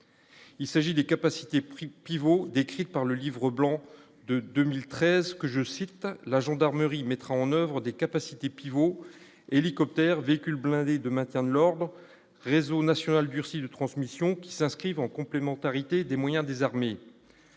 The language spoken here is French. Il s'agit des capacités prix pivot décrite par le livre blanc de 2013 que je cite la gendarmerie mettra en oeuvre des capacités pivot, hélicoptères, véhicules blindés de maintien de l'Ordre réseau national durcit de transmission qui s'inscrivent en complémentarité des moyens des armées.